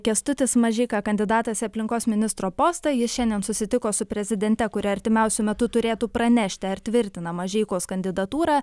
kęstutis mažeika kandidatas į aplinkos ministro postą jis šiandien susitiko su prezidente kuri artimiausiu metu turėtų pranešti ar tvirtina mažeikos kandidatūrą